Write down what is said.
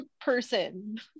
person